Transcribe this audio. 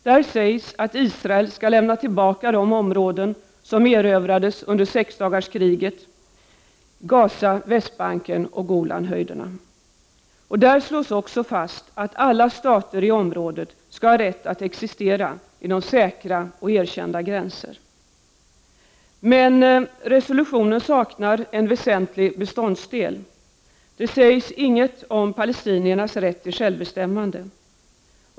Där sägs att Israel skall lämna tillbaka de områden som erövrades under sexdagarskriget i Gaza, Västbanken och Golan. Där slås också fast att alla stater i området skall ha rätt att existera inom säkra och erkända gränser. Men resolutionen saknar en väsentlig beståndsdel. Där sägs inget om palestiniernas rätt till självbestämmande.